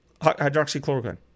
Hydroxychloroquine